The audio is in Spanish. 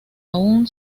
aún